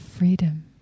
Freedom